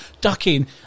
ducking